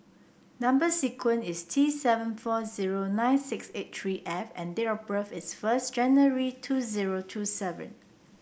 number sequence is T seven four zero nine six eight three F and date of birth is first January two zero two seven